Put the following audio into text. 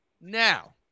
Now